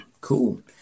cool